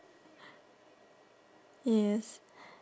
yes